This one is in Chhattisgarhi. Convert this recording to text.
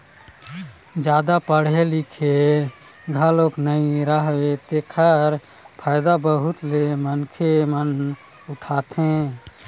जादा पड़हे लिखे घलोक नइ राहय तेखर फायदा बहुत ले मनखे मन उठाथे